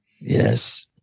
Yes